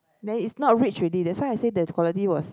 then it's not rich already that's why I say theirs quality was